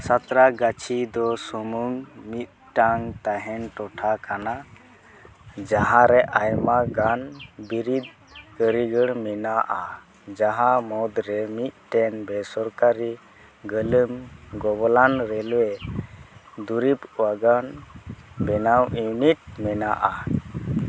ᱥᱟᱛᱨᱟᱜᱟᱪᱷᱤ ᱫᱚ ᱥᱩᱢᱩᱝ ᱢᱤᱫᱴᱟᱝ ᱛᱟᱦᱮᱱ ᱴᱚᱴᱷᱟ ᱠᱟᱱᱟ ᱡᱟᱦᱟᱨᱮ ᱟᱭᱢᱟ ᱜᱟᱱ ᱵᱤᱨᱤᱫ ᱠᱟᱹᱨᱤᱜᱚᱲ ᱢᱮᱱᱟᱜᱼᱟ ᱡᱟᱦᱟᱸ ᱢᱩᱫᱽᱨᱮ ᱢᱤᱫᱴᱮᱱ ᱵᱮᱼᱥᱚᱨᱠᱟᱨᱤ ᱜᱟᱹᱞᱟᱹᱢ ᱜᱚᱵᱚᱞᱟᱱ ᱨᱮᱹᱞ ᱳᱭᱮ ᱫᱩᱨᱤᱵᱽ ᱵᱟᱜᱟᱱ ᱵᱮᱱᱟᱣ ᱤᱭᱩᱱᱤᱴ ᱢᱮᱱᱟᱜᱼᱟ